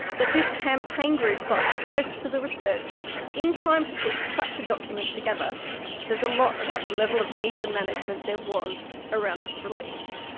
that this campaign group got access to the research in time to put such a document together says a lot about the level of media management there was around its release.